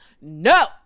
no